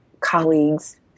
colleagues